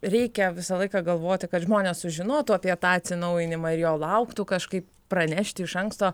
reikia visą laiką galvoti kad žmonės sužinotų apie tą atsinaujinimą ir jo lauktų kažkaip pranešti iš anksto